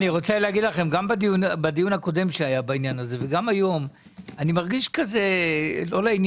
גם בדיון הקודם שהיה בעניין הזה וגם היום אני מרגיש לא לעניין.